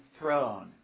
throne